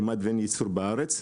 כמעט ואין ייצור בארץ.